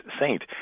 saint